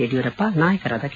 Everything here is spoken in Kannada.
ಯಡಿಯೂರಪ್ಪ ನಾಯಕರಾದ ಕೆ